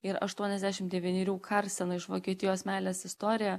ir aštuoniasdešim devynerių karseno iš vokietijos meilės istoriją